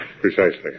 Precisely